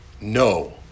no